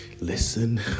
listen